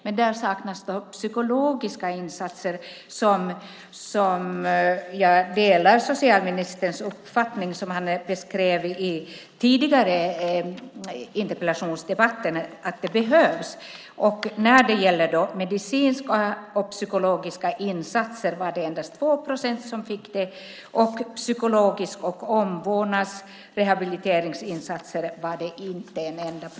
Men där saknas det psykologiska insatser, och jag delar socialministerns uppfattning som han beskrev i en tidigare interpellationsdebatt, nämligen att detta behövs. Det var endast 2 procent som fick medicinska och psykologiska insatser, och det var inte en enda procent som fick psykologiska insatser, omvårdnads och rehabiliteringsinsatser.